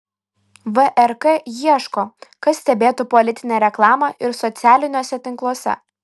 vrk ieško kas stebėtų politinę reklamą ir socialiniuose tinkluose